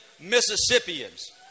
Mississippians